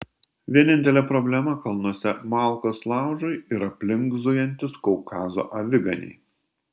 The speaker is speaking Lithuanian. vienintelė problema kalnuose malkos laužui ir aplink zujantys kaukazo aviganiai